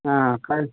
ஆ